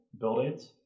buildings